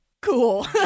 cool